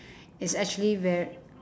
it's actually ve~